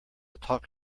talk